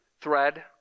thread